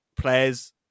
players